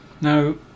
now